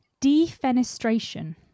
Defenestration